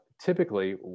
typically